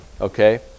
okay